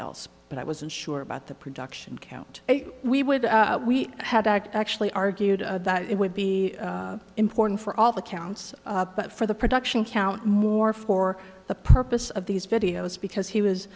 else but i wasn't sure about the production count we would we had that actually argued that it would be important for all the counts but for the production count more for the purpose of these videos because he